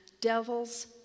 devil's